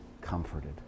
comforted